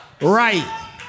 right